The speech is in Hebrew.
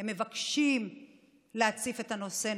הם מבקשים להציף את הנושא.